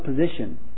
position